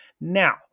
Now